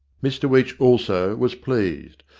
mr weech, also, was pleased.